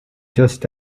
just